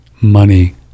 money